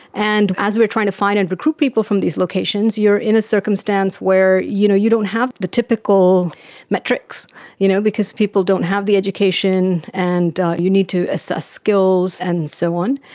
and as we are trying to find and recruit people from these locations, you are in a circumstance where you know you don't have the typical metrics you know because people don't have the education and you need to assess skills and so on.